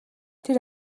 тэр